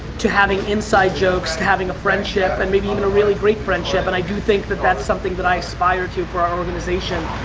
to having inside jokes, to having a friendship and maybe even a really great friendship. and i do think that's something that i aspire to for our organization.